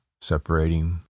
Separating